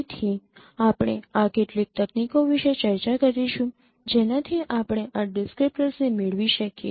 તેથી આપણે આ કેટલીક તકનીકો વિશે ચર્ચા કરીશું જેનાથી આપણે આ ડિસ્ક્રીપ્ટર્સને મેળવી શકીએ